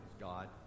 God